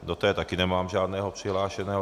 Do té taky nemám žádného přihlášeného.